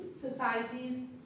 societies